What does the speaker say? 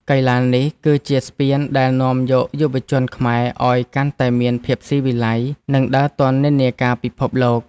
កីឡានេះគឺជាស្ពានដែលនាំយកយុវជនខ្មែរឱ្យកាន់តែមានភាពស៊ីវិល័យ និងដើរទាន់និន្នាការពិភពលោក។